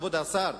כבוד השר,